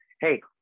hey